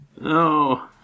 No